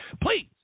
Please